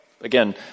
again